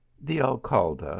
the alcalde,